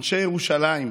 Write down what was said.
אנשי ירושלים,